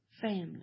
family